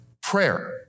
Prayer